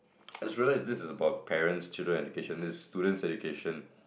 just realise this is about parents' children education this is students' education